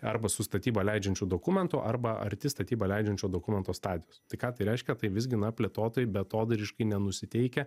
arba su statybą leidžiančiu dokumentu arba arti statybą leidžiančio dokumento stadijos tai ką tai reiškia tai visgi na plėtotojai beatodairiškai nenusiteikę